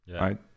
right